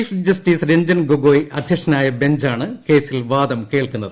chief justice Ranjan Gogoi അദ്ധ്യക്ഷനായ ബഞ്ചാണ് കേസിൽ വാദം കേൾക്കുന്നത്